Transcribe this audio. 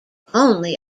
only